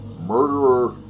Murderer